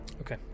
Okay